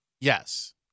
Yes